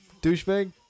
douchebag